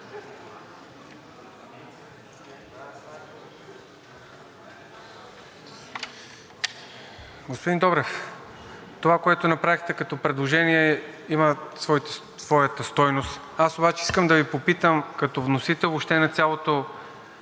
Господин Добрев, това, което направихте като предложение, има своята стойност. Аз обаче искам да Ви попитам като вносител въобще на цялото